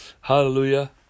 Hallelujah